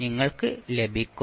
നിങ്ങൾക്ക് ലഭിക്കും